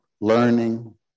learning